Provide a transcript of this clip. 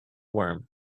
worm